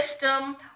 system